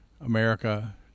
america